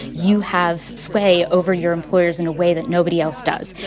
you have sway over your employers in a way that nobody else does.